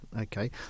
Okay